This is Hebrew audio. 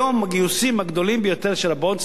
היום הגיוסים הגדולים ביותר של "הבונדס"